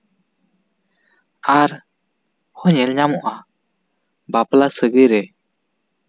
ᱟᱨ ᱦᱚᱸ ᱧᱮᱞ ᱧᱟᱢᱚᱜᱼᱟ ᱵᱟᱯᱞᱟ ᱥᱟᱹᱜᱟᱹᱭ ᱨᱮ